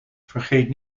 vergeet